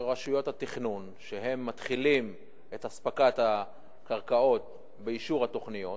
ורשויות התכנון שמתחילים את אספקת הקרקעות ואישור התוכניות,